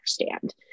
understand